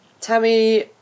tammy